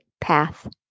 path